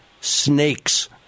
snake's